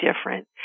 different